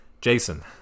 Jason